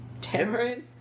tamarind